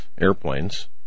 airplanes